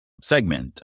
segment